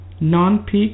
non-peak